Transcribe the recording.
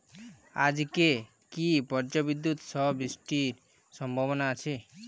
আজকে কি ব্রর্জবিদুৎ সহ বৃষ্টির সম্ভাবনা আছে?